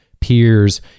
peers